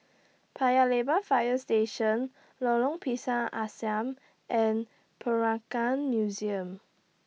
Paya Lebar Fire Station Lorong Pisang Asam and Peranakan Museum